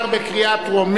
(תיקון,